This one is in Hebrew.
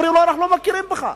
אומרים לו: אנחנו לא מכירים בך.